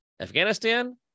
Afghanistan